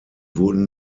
wurden